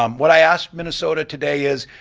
um what i ask minnesota today is,